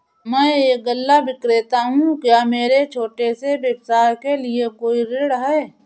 मैं एक गल्ला विक्रेता हूँ क्या मेरे छोटे से व्यवसाय के लिए कोई ऋण है?